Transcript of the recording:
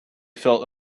felt